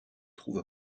trouve